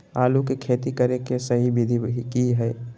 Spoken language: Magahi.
आलू के खेती करें के सही विधि की हय?